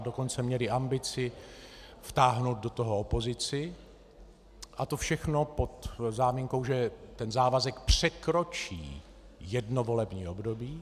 A dokonce měli ambici vtáhnout do toho opozici a to všechno pod záminkou, že ten závazek překročí jedno volební období.